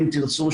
אם תרצו,